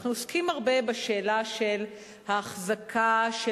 אנחנו עוסקים הרבה בשאלה של האחזקה של